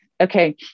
Okay